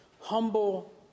Humble